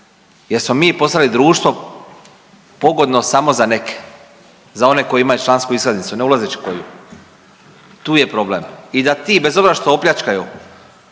jer smo mi postali društvo pogodno samo za neke, za one koji imaju člansku iskaznicu ne ulazeći koju, tu je problem. I da ti bez obzira što opljačkaju